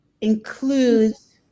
includes